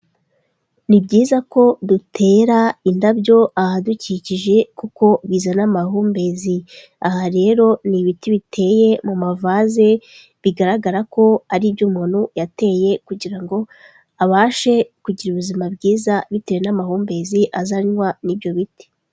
Ni byiza ko dutera indabyo ahadukikije kuko bizana amahumbezi aha rero ni ibiti biteye mu mavase bigaragara ko ari ib ibyo umuntu yateye kugira ngo abashe kugira ubuzima bwiza bitewe n'amahumbezi azanywa n'ibyo biti.